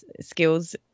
skills